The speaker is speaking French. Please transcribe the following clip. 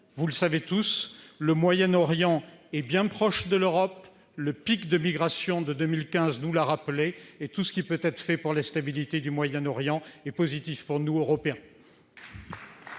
vous le savez tous, le Moyen-Orient est bien proche de l'Europe ; le pic de migration de 2015 nous l'a rappelé. C'est pourquoi tout ce qui peut être fait pour la stabilité du Moyen-Orient est positif pour nous autres Européens.